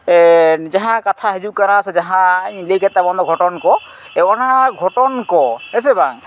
ᱡᱟᱦᱟᱸ ᱠᱟᱛᱷᱟ ᱦᱤᱡᱩᱜ ᱠᱟᱱᱟ ᱥᱮ ᱡᱟᱦᱟᱸ ᱤᱧ ᱞᱟᱹᱭ ᱠᱮᱫ ᱛᱟᱵᱚᱱ ᱫᱚ ᱜᱷᱚᱴᱚᱱ ᱠᱚ ᱚᱱᱟ ᱜᱷᱚᱴᱚᱱ ᱠᱚ ᱦᱮᱸᱥᱮ ᱵᱟᱝ